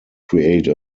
create